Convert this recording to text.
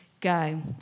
go